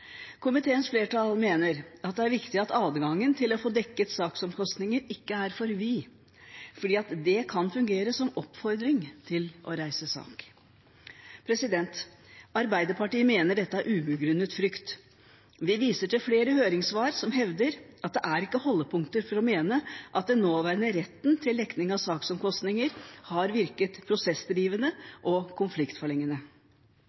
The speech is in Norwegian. Komiteens flertall mener at det er viktig at adgangen til å få dekket saksomkostninger ikke er for vid, fordi det kan fungere som oppfordring til å reise sak. Arbeiderpartiet mener dette er ubegrunnet frykt. Vi viser til flere høringssvar som hevder at det ikke er holdepunkter for å mene at den nåværende retten til dekning av saksomkostninger har virket